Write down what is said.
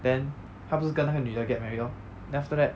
then 他不是跟那个女的 get married lor then after that